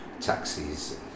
taxis